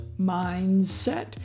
Mindset